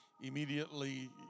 immediately